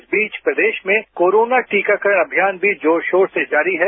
इस बीच प्रदेश में कोरोना टीकाकरण अभियान भी जोर शोर से जारी है